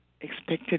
expected